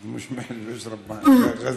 עזה.)